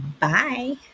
Bye